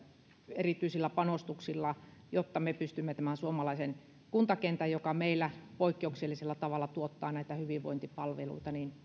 erityisillä panostuksilla jotta me pystymme tämän suomalaisen kuntakentän joka meillä poikkeuksellisella tavalla tuottaa hyvinvointipalveluita